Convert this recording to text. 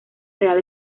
real